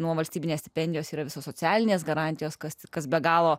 nuo valstybinės stipendijos yra visos socialinės garantijos kas kas be galo